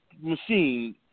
machine